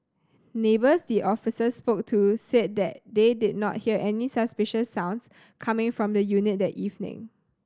neighbours the officers spoke to said that they did not hear any suspicious sounds coming from the unit that evening